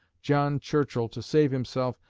john churchill, to save himself,